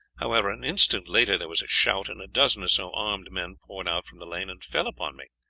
however, an instant later there was a shout, and a dozen or so armed men poured out from the lane and fell upon me.